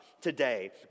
today